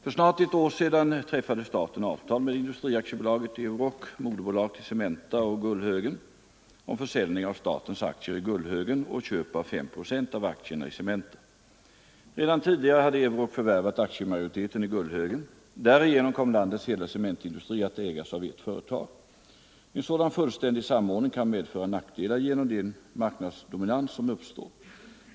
För snart ett år sedan träffade staten avtal med Industri AB Euroc, moderbolag till Cementa och Gullhögen, om försäljning av statens aktier i Gullhögen och köp av 5 procent av aktierna i Cementa. Redan tidigare hade Euroc förvärvat aktiemajoriteten i Gullhögen. Därigenom kom landets hela cementindustri att ägas av ett företag. En sådan fullständig samordning kan medföra nackdelar genom den marknadsdominans som uppstår.